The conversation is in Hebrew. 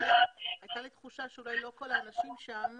הייתה לי תחושה שאולי לא כל האנשים שם,